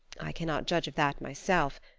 i cannot judge of that myself,